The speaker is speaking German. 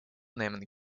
nehmen